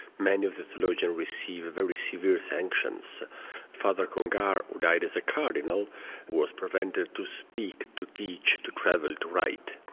many of the theologians receive very severe sanctions father congar died as a cardinal was prevented to speak, to teach, to travel to write.